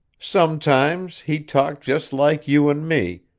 sometimes he talked just like you and me,